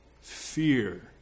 fear